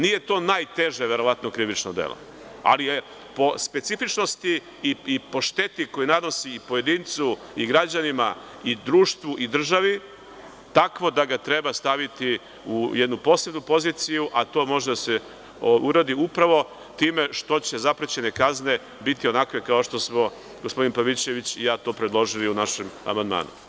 Nije to najteže krivično delo, ali je po specifičnosti i po šteti koju nanosi pojedincu i građanima i društvu i državi takvo da ga treba staviti u jednu posebnu poziciju, a to može da se uradi upravo time što će zaprećene kazne biti onakve kao što smo gospodin Pavićević i ja to predložili u našem amandmanu.